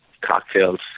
cocktails